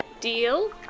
deal